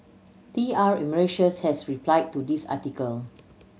T R Emeritus has replied to this article